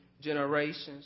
generations